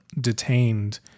detained